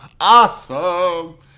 Awesome